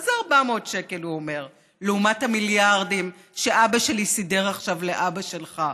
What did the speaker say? מה זה 400 שקל לעומת המיליארדים שאבא שלי סידר עכשיו לאבא שלך?